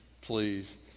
please